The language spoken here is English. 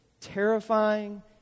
terrifying